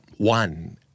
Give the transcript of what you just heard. One